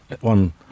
one